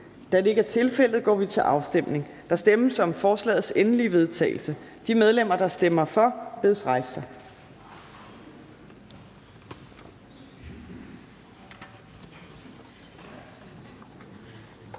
Fjerde næstformand (Trine Torp): Der stemmes om forslagets endelige vedtagelse. De medlemmer, der stemmer for, bedes rejse sig.